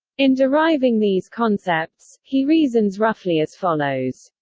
in deriving these concepts, he reasons roughly as follows.